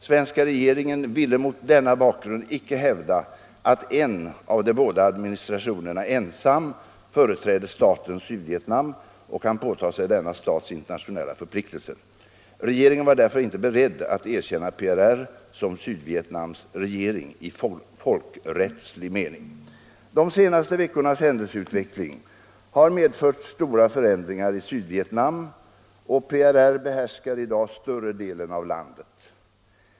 Svenska regeringen ville mot denna bakgrund icke hävda att en av de båda administrationerna ensam företräder staten Sydvietnam och kan påta sig denna stats internationella förpliktelser. Regeringen var därför inte beredd att erkänna PRR som Sydvietnams regering i folkrättslig mening. De senaste veckornas händelseutveckling har medfört stora förändringar i Sydvietnam, och PRR behärskar i dag större delen av landet.